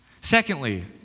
Secondly